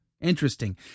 Interesting